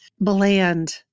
bland